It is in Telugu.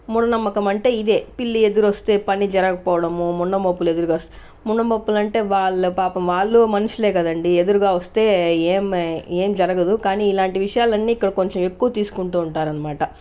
మూఢనమ్మకం అంటే ఇదే పిల్లి ఎదురొస్తే పని జరగకపోవడము ముండమోపులు ఎదురుగా వస్తే ముండమోపులంటే పాపం వాళ్ళు మనుషులే కదండి ఎదురుగా వస్తే ఏమి ఏం జరగదు కానీ ఇలాంటి విషయాలన్నీ కొంచెం ఇక్కడ ఎక్కువ తీసుకుంటూ ఉంటారనమాట